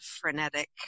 frenetic